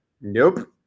Nope